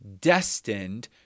destined